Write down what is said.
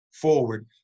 forward